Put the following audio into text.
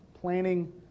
planning